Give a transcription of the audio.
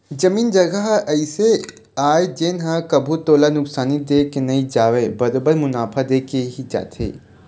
जमीन जघा ह अइसे आय जेन ह कभू तोला नुकसानी दे के नई जावय बरोबर मुनाफा देके ही जाथे